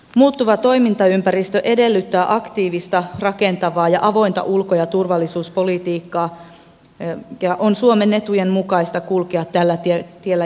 muuttuva toimintaympäristö edellyttää aktiivista rakentavaa ja avointa ulko ja turvallisuuspolitiikkaa ja on suomen etujen mukaista kulkea tällä tiellä jatkossakin